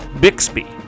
Bixby